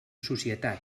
societat